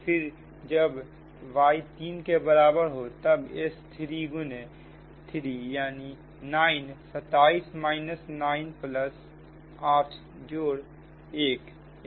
फिर जब y तीन के बराबर हो तब S 3 गुने 3 9 27 9 18 जोड़ 1 19